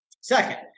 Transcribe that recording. Second